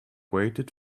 waited